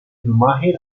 plumaje